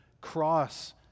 cross